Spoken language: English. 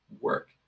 work